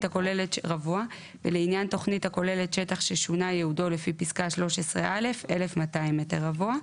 הכוללת ששונה ייעודו לפי פסקה (13א) 1,200 מ"ר.